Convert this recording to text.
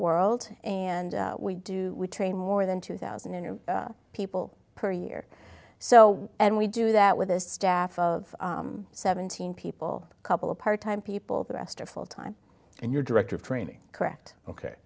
world and we do we train more than two thousand and people per year so and we do that with a staff of seventeen people couple of part time people the rest are full time and your director of training correct ok